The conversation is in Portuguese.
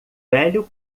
velho